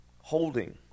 Holding